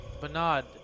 Bernard